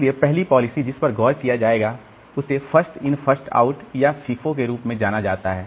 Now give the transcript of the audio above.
इसलिए पहली पॉलिसी जिस पर गौर किया जाएगा उसे फर्स्ट इन फर्स्ट आउट या फीफो के रूप में जाना जाता है